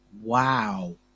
Wow